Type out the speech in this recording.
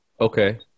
Okay